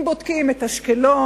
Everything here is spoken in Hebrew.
אם בודקים את אשקלון,